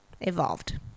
evolved